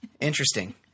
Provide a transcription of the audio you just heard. Interesting